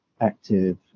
active